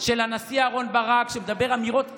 של הנשיא אהרן ברק, שמדבר אמירות קשות,